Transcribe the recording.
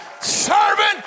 servant